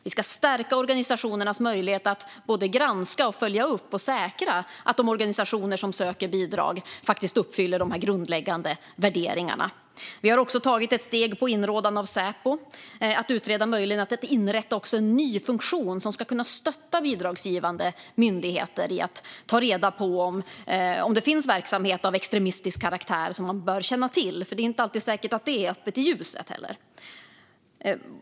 Vi ska stärka myndigheternas möjlighet att både granska, följa upp och säkra att de organisationer som söker bidrag uppfyller kraven på de grundläggande värderingarna. Vi har tagit ett steg på inrådan av Säpo att utreda möjligheten att inrätta en ny funktion som ska kunna stötta bidragsgivande myndigheter i att ta reda på om det finns verksamhet av extremistisk karaktär som man bör känna till. Det är ju inte alltid säkert att det är uppe i ljuset.